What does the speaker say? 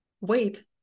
wait